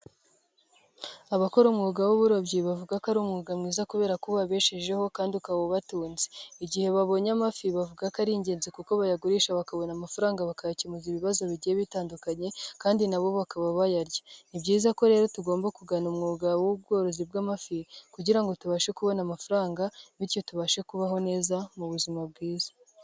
Abakora umwuga w'uburobyi bavuga ko ari umwuga mwiza kubera ko ubabeshejeho kandi ukaba ubatunze, igihe babonye amafi bavuga ko ari ingenzi kuko bayagurisha bakabona amafaranga bakayakemura ibibazo bigiye bitandukanye kandi na bo bakaba bayarya; ni byiza ko rero ko tugomba kugana umwuga w'ubworozi bw'amafi kugira ngo tubashe kubona amafaranga bityo tubashe kubaho neza mu buzima bwiza.